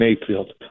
Mayfield